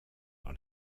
dans